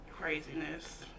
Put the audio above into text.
Craziness